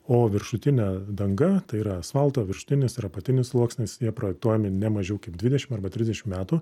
o viršutinė danga tai yra asfalto viršutinis ir apatinis sluoksnis jie projektuojami ne mažiau kaip dvidešim arba trisdešim metų